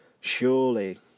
Surely